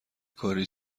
کاری